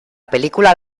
película